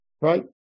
right